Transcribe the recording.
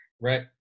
Right